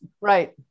Right